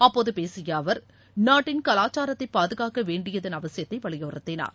அப்போது பேசிய அவர் நாட்டின் கலாச்சாரத்தை பாதுகாக்க வேண்டியதன் அவசியத்தை வலியுறுத்தினார்